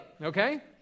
Okay